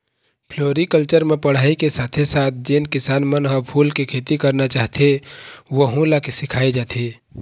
floriculture म पढ़ाई के साथे साथ जेन किसान मन ह फूल के खेती करना चाहथे वहूँ ल सिखाए जाथे